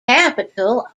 capital